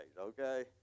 okay